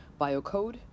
biocode